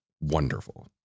wonderful